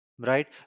right